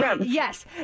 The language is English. Yes